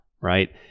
right